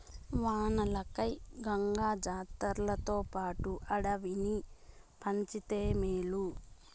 వానలకై గంగ జాతర్లతోపాటు అడవిని పంచితే మేలు